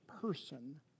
person